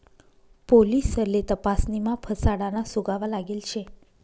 पोलिससले तपासणीमा फसाडाना सुगावा लागेल शे